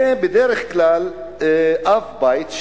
זה בדרך כלל אב בית,